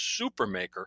Supermaker